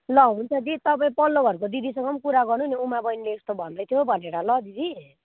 ल हुन्छ दिदी तपाईँ पल्लो घरको दिदीसँग पनि कुरा गर्नु नि उमा बहिनीले यस्तो भन्दै थियो भनेर ल दिदी